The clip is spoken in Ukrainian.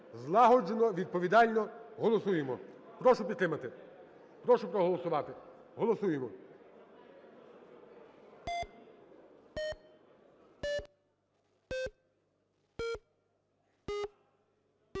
Злагоджено, відповідально, голосуємо. Прошу підтримати, прошу проголосувати. Голосуємо.